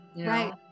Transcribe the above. right